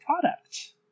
product